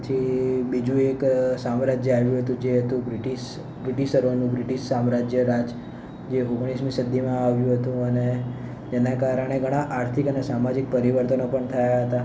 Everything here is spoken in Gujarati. પછી બીજું એક સામ્રાજ્ય આવ્યું હતું જે હતું બ્રિટિસ બ્રિટિશરોનું બ્રિટિસ સામ્રાજ્ય રાજ જે ઓગણીસમી સદીમાં આવ્યું હતું અને તેના કારણે ઘણાં આર્થિક અને સામાજિક પરિવર્તનો પણ થયાં હતાં